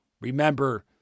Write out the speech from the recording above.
remember